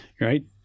right